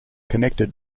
connected